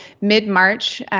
mid-March